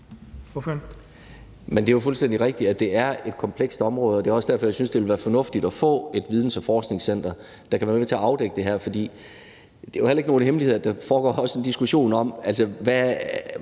Det er jo fuldstændig rigtigt, at det er et komplekst område. Det er også derfor, jeg synes, det ville være fornuftigt at få et videns- og forskningscenter, der kan være med til at afdække det her. Det er jo heller ikke nogen hemmelighed, at der også foregår en diskussion om, hvordan